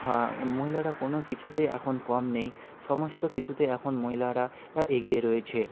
হ্যাঁ মহিলারা কোন কিছুতেই এখন কম নেই সমস্ত কিছুতেই এখন মহিলারা এগিয়ে রয়েছে